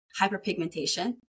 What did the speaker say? hyperpigmentation